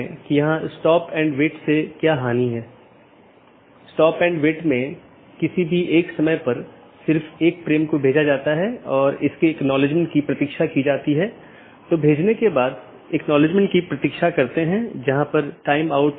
जैसे मैं कहता हूं कि मुझे वीडियो स्ट्रीमिंग का ट्रैफ़िक मिलता है या किसी विशेष प्रकार का ट्रैफ़िक मिलता है तो इसे किसी विशेष पथ के माध्यम से कॉन्फ़िगर या चैनल किया जाना चाहिए